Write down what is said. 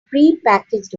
prepackaged